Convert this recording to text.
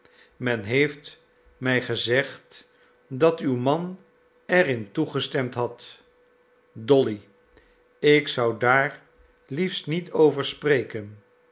men heeft mij gezegd dat uw man er in toegestemd had dolly ik zou daar liefst niet over spreken